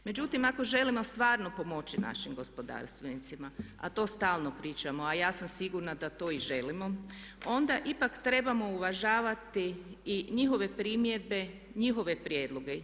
Međutim, ako želimo stvarno pomoći našim gospodarstvenicima, a to stalno pričamo a ja sam sigurna da to i želimo, onda ipak trebamo uvažavati i njihove primjedbe, njihove prijedloge.